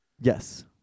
yes